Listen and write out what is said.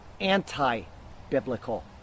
anti-biblical